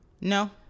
No